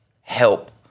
help